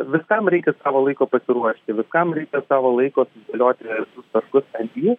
viskam reikia savo laiko pasiruošti viskam reikia savo laiko sudėlioti visus taškus ant i